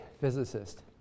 physicist